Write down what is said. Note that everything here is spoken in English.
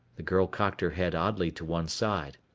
the girl cocked her head oddly to one side.